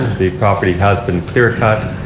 the property has been clear-cut.